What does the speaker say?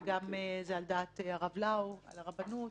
וזה גם על דעת הרב לאו והרבנות,